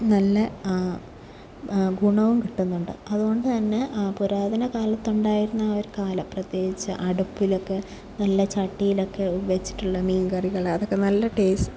നല്ല ഗുണവും കിട്ടുന്നുണ്ട് അതുകൊണ്ടുതന്നെ പുരാതന കാലത്തുണ്ടായിരുന്ന ഒരു കാലം പ്രത്യേകിച്ച് അടപ്പിലൊക്കെ നല്ല ചട്ടിയിലൊക്കെ വച്ചിട്ടുള്ള മീൻ കറികൾ അതൊക്കെ നല്ല ടേസ്റ്റ്